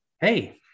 Hey